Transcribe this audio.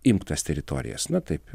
imk tas teritorijas na taip